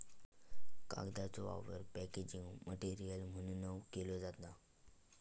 कागदाचो वापर packaging material म्हणूनव केलो जाता